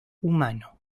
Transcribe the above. humano